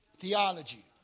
Theology